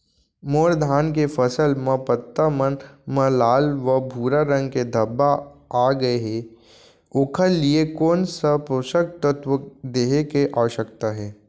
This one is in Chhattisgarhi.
मोर धान के फसल म पत्ता मन म लाल व भूरा रंग के धब्बा आप गए हे ओखर लिए कोन स पोसक तत्व देहे के आवश्यकता हे?